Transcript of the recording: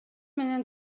менен